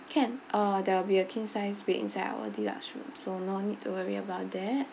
can uh there will be a king size bed inside our deluxe room so no need to worry about that